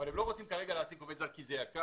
אבל הם לא רוצים כרגע להעסיק עובד זר כי זה יקר,